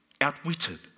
outwitted